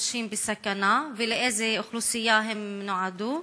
לנשים בסיכון ולאיזו אוכלוסייה הם נועדו?